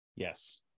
Yes